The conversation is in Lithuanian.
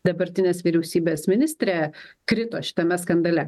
dabartinės vyriausybės ministrė krito šitame skandale